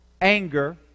anger